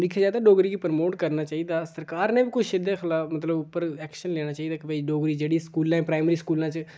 दिक्खेआ जा तां डोगरी गी प्रमोट करना चाहिदा सरकार ने बी कुछ एह्दे खलाफ उप्पर मतलब ऐक्शन लैने चाहिदा कि बे डोगरी जेह्ड़ी स्कूलें प्राइमरी स्कूलें च